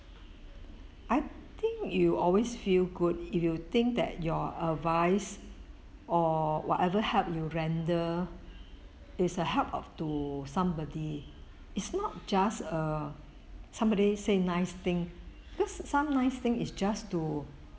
I think you always feel good if you think that your advice or whatever help you render is a help of to somebody it's not just a somebody say nice thing because some nice thing is just to